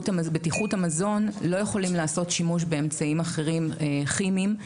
בטיחות המזון לא יכולים לעשות שימוש באמצעים אחרים כימיים,